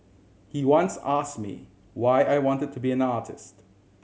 he once ask me why I wanted to be an artist